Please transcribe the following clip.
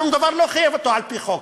שום דבר לא חייב אותו על-פי חוק.